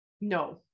no